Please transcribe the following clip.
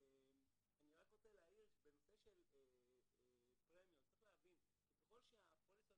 אני רק רוצה להעיר שבנושא של פרמיות צריך להבין שככל שהפוליסות